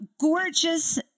Gorgeous